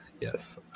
Yes